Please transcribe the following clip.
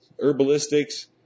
herbalistics